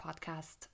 podcast